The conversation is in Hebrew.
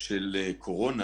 של קורונה